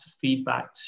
feedback